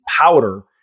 powder